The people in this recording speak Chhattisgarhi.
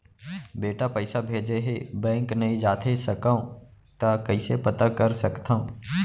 बेटा पइसा भेजे हे, बैंक नई जाथे सकंव त कइसे पता कर सकथव?